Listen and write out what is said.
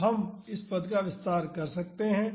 तो हम इस पद का विस्तार कर सकते हैं